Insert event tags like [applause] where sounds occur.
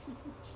[laughs]